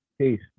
peace